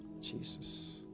Jesus